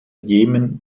jemen